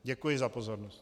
Děkuji za pozornost.